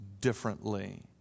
differently